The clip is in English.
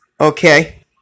Okay